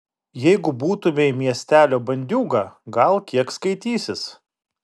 jeigu būtumei miestelio bandiūga gal kiek skaitysis